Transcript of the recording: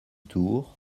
tour